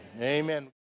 Amen